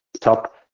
top